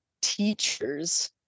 teachers